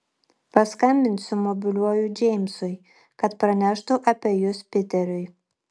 paskambinsiu mobiliuoju džeimsui kad praneštų apie jus piteriui